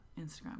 Instagram